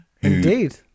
Indeed